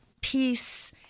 peace